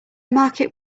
market